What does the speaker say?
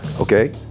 Okay